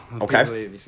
Okay